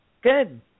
Good